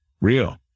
real